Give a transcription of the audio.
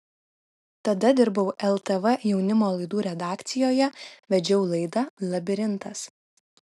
tada dirbau ltv jaunimo laidų redakcijoje vedžiau laidą labirintas